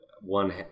One